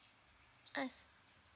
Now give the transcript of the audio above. mm